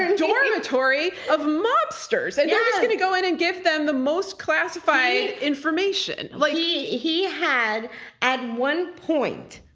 and dormitory of mobsters, and you're yeah going to go in and give them the most classified information. like he he had at one point,